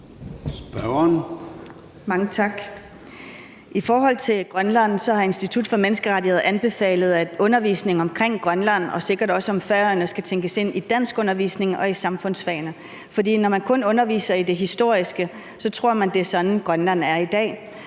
(IA): Mange tak. I forhold til Grønland har Institut for Menneskerettigheder anbefalet, at undervisningen om Grønland og sikkert også om Færøerne skal tænkes ind i danskundervisningen og i samfundsfagsundervisningen. For når man kun underviser i det historiske, tror man, det er sådan, Grønland er i dag.